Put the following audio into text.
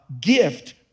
gift